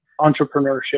entrepreneurship